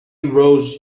rose